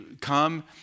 come